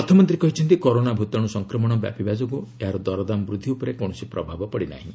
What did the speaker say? ଅର୍ଥମନ୍ତ୍ରୀ କହିଛନ୍ତି କରୋନା ଭୂତାଣୁ ସଂକ୍ରମଣ ବ୍ୟାପିବା ଯୋଗୁଁ ଏହାର ଦରଦାମ ବୃଦ୍ଧି ଉପରେ କୌଣସି ପ୍ରଭାବ ପଡ଼ିନାହିଁ